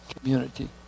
community